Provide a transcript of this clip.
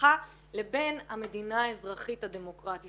ההלכה ובין המדינה האזרחית הדמוקרטית.